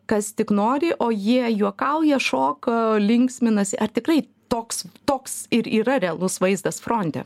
kas tik nori o jie juokauja šoka linksminas ar tikrai toks toks ir yra realus vaizdas fronte